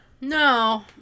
No